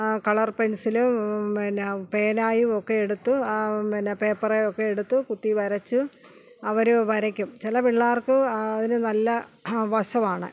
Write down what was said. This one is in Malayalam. കളർ പെൻസിൽ പിന്ന പേനയുമൊക്കെ എടുത്ത് പിന്നെ പേപ്പറൊക്കെ എടുത്ത് കുത്തി വരച്ച് അവർ വരയ്ക്കും ചില പിള്ളേർക്ക് അതിന് നല്ല വശമാണ്